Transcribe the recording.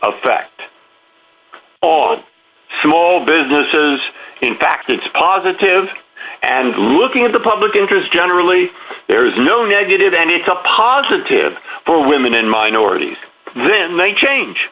effect on small businesses in fact it's positive and looking at the public interest generally there is no negative and it's a positive for women and minorities women change